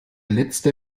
letzte